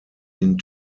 ihn